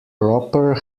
proper